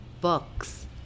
books